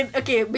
okay